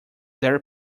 their